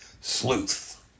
sleuth